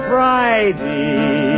Friday